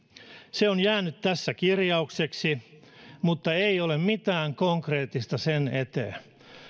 se on jäänyt tässä pelkäksi kirjaukseksi eikä ole mitään konkreettista sen eteen